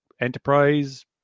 enterprise